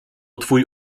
twój